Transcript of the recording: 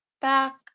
back